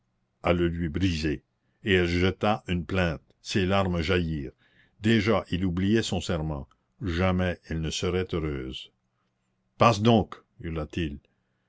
à le lui briser et elle jeta une plainte ses larmes jaillirent déjà il oubliait son serment jamais elle ne serait heureuse passe donc hurla t il